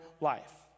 life